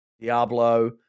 Diablo